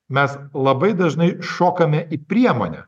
mes labai dažnai šokame į priemonę